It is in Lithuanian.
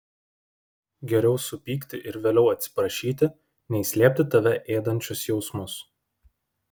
geriau supykti ir vėliau atsiprašyti nei slėpti tave ėdančius jausmus